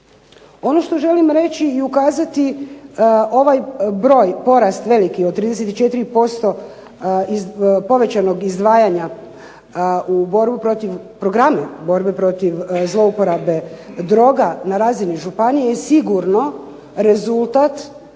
Ono što želim reći i ukazati ovaj broj porast veliki od 34% od povećanog izdvajanja u borbi protiv, programi u borbi protiv zlouporabe droga na razini županije je sigurno rezultat